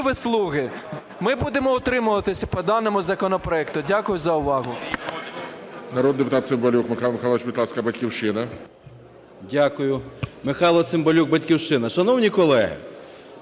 "слуги"? Ми будемо утримуватися по даному законопроекту. Дякую за увагу.